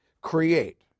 create